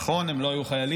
נכון, הם לא היו חיילים,